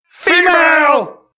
female